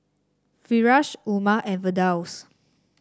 Firash Umar and Firdaus